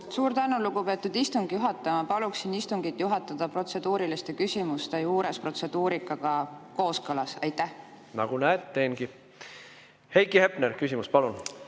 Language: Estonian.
Suur tänu, lugupeetud istungi juhataja! Ma paluksin istungit juhatada protseduuriliste küsimuste protseduurikaga kooskõlas. Nagu näed, teengi. Heiki Hepner, küsimus, palun!